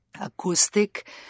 acoustic